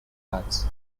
parts